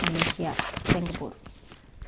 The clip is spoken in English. Malaysia Singapore